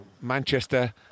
Manchester